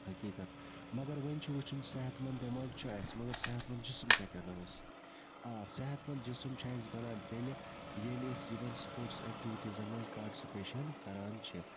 حقیٖقت مگر وۄنۍ چھُ وٕچھُن صحت مَنٛد دٮ۪ماغ چھُ اَسہِ مگر صحت مَنٛد جِسم کَتہِ اَنو أسۍ آ صحت مَنٛد جسم چھُ اَسہِ بَنان تیٚلہِ ییٚلہِ أسۍ یِمَن سپوٹس ایٚکٹِویٖزَن مَنٛز پاٹِسِپیشَن کَران چھِ